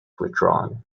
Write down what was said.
withdrawn